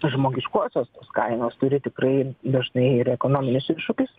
žmogiškosios kainos turi tikrai dažnai ir ekonominius iššūkius